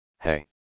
Hey